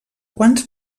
quants